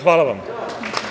Hvala vam.